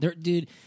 Dude